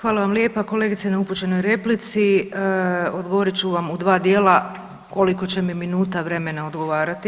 Hvala vam lijepa kolegice na upućenoj replici, odgovorit ću vam u dva dijela koliko će mi minuta vremena odgovarati.